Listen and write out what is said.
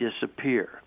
disappear